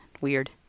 weird